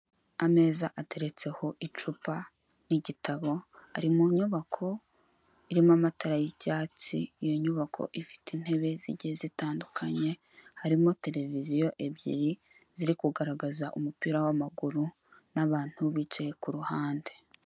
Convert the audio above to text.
Ameza ateretseho icupa, igitabo ari mu nyubako irimo amatara y'icyatsi, iyi nyubako ifite intebe zigiye zitandukanye harimo televiziyo ebyiri ziri kugaragaza umupira w'amaguru n'abantu bicaye ku ruhande.